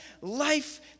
life